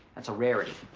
that's a rarity.